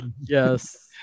Yes